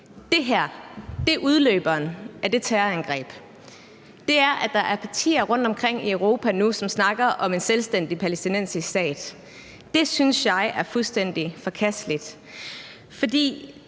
de var blevet så voldtaget – der er partier rundtomkring i Europa nu, som snakker om en selvstændig palæstinensisk stat; det synes jeg er fuldstændig forkasteligt.